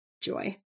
joy